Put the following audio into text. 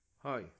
Hi